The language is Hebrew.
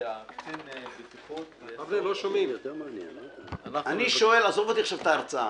שקצין הבטיחות- - עזוב את ההרצאה.